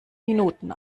minuten